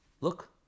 Look